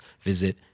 visit